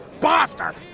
bastard